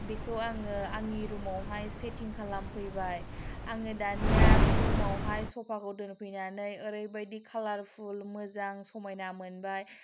बेखौ आङो आंनि रुमावहाय सेथिं खालामफैबाय आङो दानिया रुमावहाय चफाखौ दोनफैनानै ओरैबादि खालार फुल मोजां समायना मोनबाय